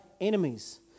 enemies